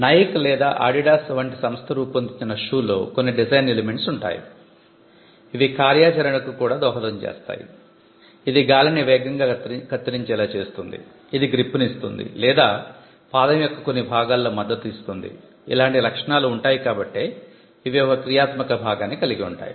Nike లేదా Adidas వంటి సంస్థ రూపొందించిన షూలో కొన్ని డిజైన్ ఎలిమెంట్స్ ఉంటాయి ఇవి కార్యాచరణకు కూడా దోహదం చేస్తాయి ఇది గాలిని వేగంగా కత్తిరించేలా చేస్తుంది ఇది గ్రిప్ ను ఇస్తుంది లేదా పాదం యొక్క కొన్ని భాగాలలో మద్దతు ఇస్తుంది ఇలాంటి లక్షణాలు ఉంటాయి కాబట్టే ఇవి ఒక క్రియాత్మక భాగాన్ని కలిగి ఉంటాయి